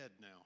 now